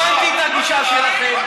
טוב, הבנתי את הגישה שלכם.